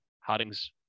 Harding's